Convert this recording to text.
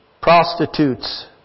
prostitutes